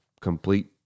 complete